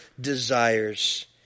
desires